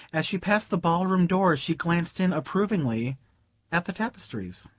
as she passed the ballroom door she glanced in approvingly at the tapestries.